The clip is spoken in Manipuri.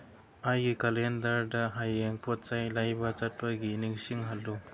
ꯑꯩꯒꯤ ꯀꯦꯂꯦꯟꯗꯔꯗ ꯍꯌꯦꯡ ꯄꯣꯠ ꯆꯩ ꯂꯩꯕ ꯆꯠꯄꯒꯤ ꯅꯤꯡꯁꯤꯡꯍꯜꯂꯨ